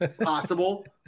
possible